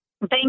Thank